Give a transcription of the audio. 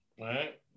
right